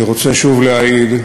אני רוצה שוב להעיד,